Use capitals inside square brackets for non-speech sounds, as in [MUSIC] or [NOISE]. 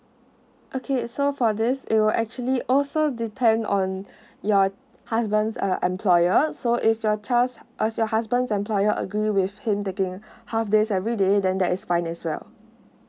okay so for this it will actually also depend on [BREATH] your husband's uh employer so if your child uh your husband's employer agree with him taking [BREATH] half days everyday then that is fine as well